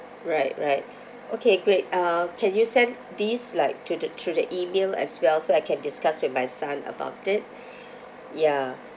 right right okay great ah can you send these like to the through the email as well so I can discuss with my son about it ya